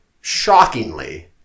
shockingly